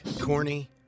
Corny